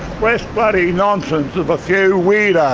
bloody nonsense of a few weirdos.